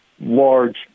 large